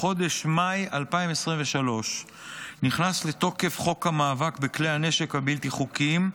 בחודש מאי 2023 נכנס לתוקף חוק המאבק בכלי הנשק הבלתי-חוקיים,